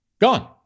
Gone